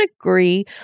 agree